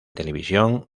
televisión